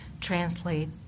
translate